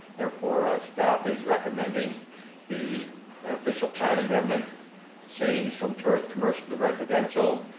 therefore, staff is recommending the official plan amendment change from tourist commercial to residential,